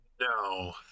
No